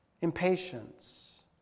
Impatience